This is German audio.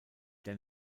der